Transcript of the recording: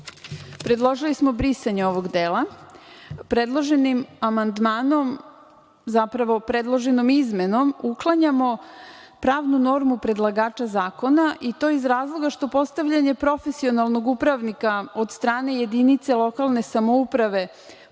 upravnika. Predložili smo brisanje ovog dela. Predloženim amandmanom, zapravo predloženom izmenom uklanjamo pravnu normu predlagača zakona i to iz razloga što postavljanje profesionalnog upravnika, od strane jedinice lokalne samouprave,